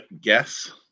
guess